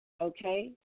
okay